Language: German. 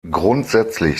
grundsätzlich